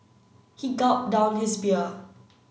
he gulped down his beer